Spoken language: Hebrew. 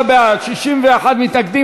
59 בעד, 61 מתנגדים.